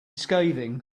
scathing